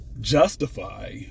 justify